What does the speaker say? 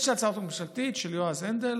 יש הצעת חוק ממשלתית של יועז הנדל